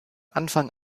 anfang